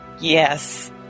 Yes